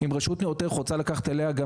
אם רשות ניירות ערך רוצה לקחת אליה גם